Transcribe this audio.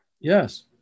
Yes